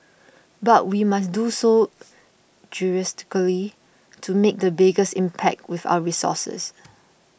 but we must do so judiciously to make the biggest impact with our resources